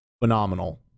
phenomenal